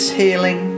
healing